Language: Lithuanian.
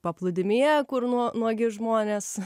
paplūdimyje kur nuo nuogi žmonės